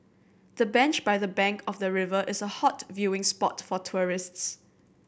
the bench by the bank of the river is a hot viewing spot for tourists